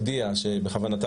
הודיעה שבכוונתה